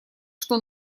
что